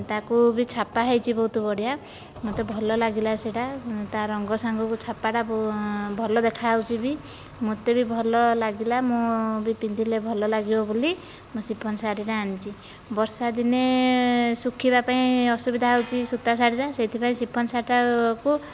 ତାକୁ ବି ଛାପା ହୋଇଛି ବହୁତ ବଢ଼ିଆ ମୋତେ ଭଲ ଲାଗିଲା ସେହିଟା ତା'ରଙ୍ଗ ସାଙ୍ଗକୁ ଛାପାଟା ଭଲ ଦେଖା ଯାଉଛି ବି ମୋତେ ବି ଭଲ ଲାଗିଲା ମୁଁ ବି ପିନ୍ଧିଲେ ଭଲ ଲାଗିବ ବୋଲି ମୁଁ ସିଫନ୍ ଶାଢ଼ୀଟା ଆଣିଛି ବର୍ଷା ଦିନେ ଶୁଖିବା ପାଇଁ ଅସୁବିଧା ହେଉଛି ସୂତା ଶାଢ଼ୀଟା ସେଥିପାଇଁ ସିଫନ୍ ଶାଢ଼ୀଟା କୁ